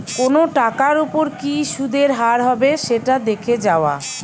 কোনো টাকার ওপর কি সুধের হার হবে সেটা দেখে যাওয়া